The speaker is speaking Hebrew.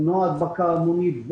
למנוע הדבקה המונית,